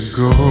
go